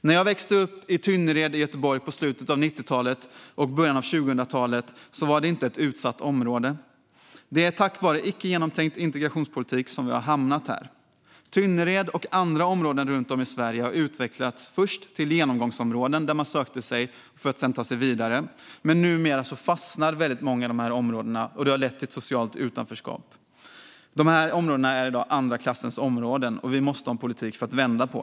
När jag växte upp i Tynnered i Göteborg i slutet av 90-talet och början av 2000-talet var det inte ett utsatt område. Det är på grund av icke genomtänkt integrationspolitik vi har hamnat här. Tynnered och andra områden runt om i Sverige utvecklades först till genomgångsområden dit man sökte sig för att ta sig vidare. Men numera fastnar många i dessa områden, och det har lett till ett socialt utanförskap. Dessa områden är i dag andra klassens områden, och vi måste ha en politik för att vända detta.